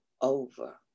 over